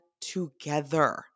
together